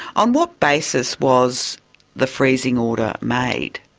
on what basis was the freezing order made?